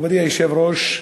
מכובדי היושב-ראש,